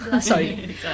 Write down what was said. sorry